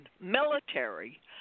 military